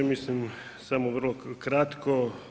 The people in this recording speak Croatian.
Mislim samo vrlo kratko.